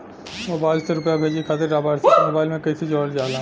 Mobile से रूपया भेजे खातिर लाभार्थी के मोबाइल मे कईसे जोड़ल जाला?